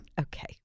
Okay